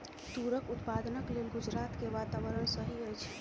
तूरक उत्पादनक लेल गुजरात के वातावरण सही अछि